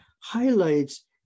highlights